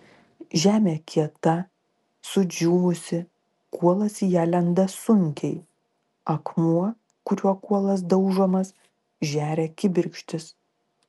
žemė kieta sudžiūvusi kuolas į ją lenda sunkiai akmuo kuriuo kuolas daužomas žeria kibirkštis